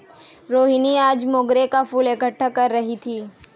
रोहिनी आज मोंगरे का फूल इकट्ठा कर रही थी